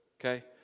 okay